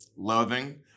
loving